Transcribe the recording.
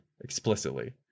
explicitly